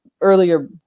earlier